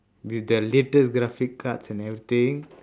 with the latest graphic cards and everything